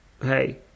hey